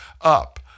up